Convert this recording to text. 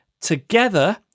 together